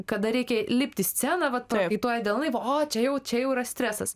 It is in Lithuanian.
kada reikia lipt į sceną vat prakaituoja delnai o čia jau čia jau yra stresas